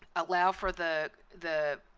allow for the the